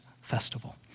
festival